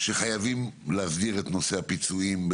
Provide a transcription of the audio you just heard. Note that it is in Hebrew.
שחייבים להסדיר את נושא הפיצויים,